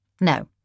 No